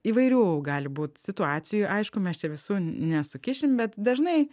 įvairių gali būt situacijų aišku mes čia visų nesukišim bet dažnai